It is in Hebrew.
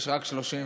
יש רק 34,